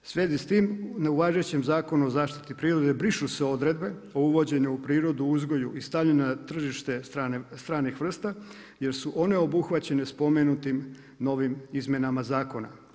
U svezi s tim u važećem Zakonu o zaštiti prirode brišu se odredbe o uvođenju u prirodu, uzgoju i stavljanje na tržište stranih vrsta jer su one obuhvaćene spomenutim novim izmjenama zakona.